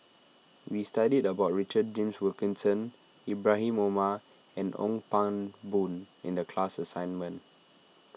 we studied about Richard James Wilkinson Ibrahim Omar and Ong Pang Boon in the class assignment